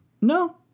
No